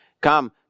Come